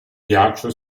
ghiaccio